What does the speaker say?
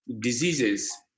diseases